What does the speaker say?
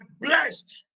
blessed